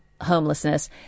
homelessness